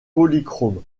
polychromes